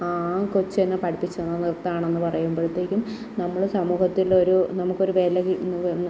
ആ ആ കൊച്ചെന്നെ പഠിപ്പിച്ച് തന്ന നൃത്തമാണെന്ന് പറയുമ്പഴത്തേക്കും നമ്മള് സമൂഹത്തിലൊരു നമുക്കൊരു വില കിട്ടുന്നുവെന്ന്